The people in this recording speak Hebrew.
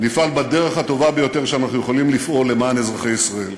ונפעל בדרך הטובה ביותר שאנחנו יכולים לפעול למען אזרחי ישראל.